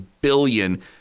billion